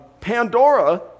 Pandora